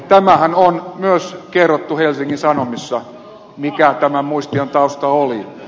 tämähän on myös kerrottu helsingin sanomissa mikä tämän muistion tausta oli